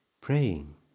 Praying